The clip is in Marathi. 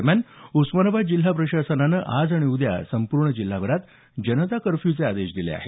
दरम्यान उस्मानाबाद जिल्हा प्रशासनाने आज आणि उद्या संपूर्ण जिल्हाभरात जनता कर्फ्यूचे आदेश दिले आहेत